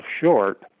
short